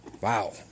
Wow